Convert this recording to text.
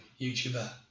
YouTuber